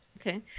Okay